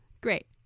great